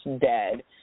dead